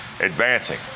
advancing